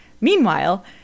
meanwhile